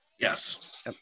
Yes